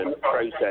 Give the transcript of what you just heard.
process